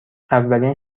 اولین